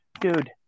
dude